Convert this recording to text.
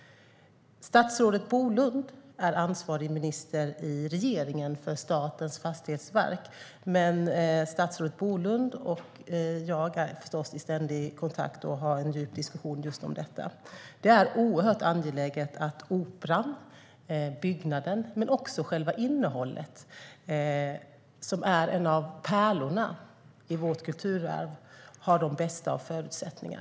Statsrådet Bolund är ansvarig minister i regeringen för Statens fastighetsverk. Men statsrådet Bolund och jag är förstås i ständig kontakt och har en djup diskussion just om detta. Det är oerhört angeläget att operan, både byggnaden och själva innehållet, som är en av pärlorna i vårt kulturarv har de bästa av förutsättningar.